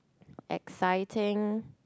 exciting